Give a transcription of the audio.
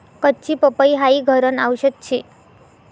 कच्ची पपई हाई घरन आवषद शे